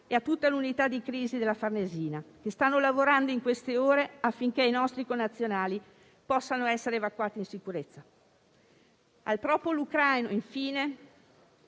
e a tutta l'unità di crisi della Farnesina, che stanno lavorando in queste ore affinché i nostri connazionali possano essere evacuati in sicurezza. Al popolo ucraino infine